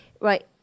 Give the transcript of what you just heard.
right